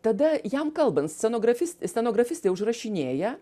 tada jam kalbant scenografis stenografistė užrašinėja